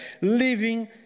living